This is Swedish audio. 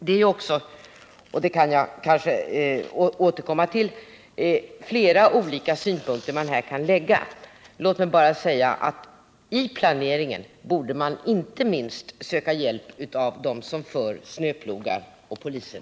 Det är också — och det kan jag kanske återkomma till — flera olika synpunkter man här kan lägga. Låt mig bara säga att vid planeringen borde man inte minst söka hjälp av dem som kör snöplogar och av polisen.